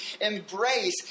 embrace